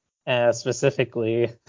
specifically